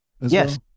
yes